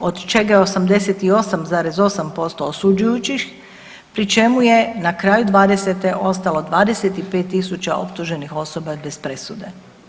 od čega je 88,8% osuđujućih pri čemu je na kraju '20. ostalo 25.000 optuženih osoba bez presude.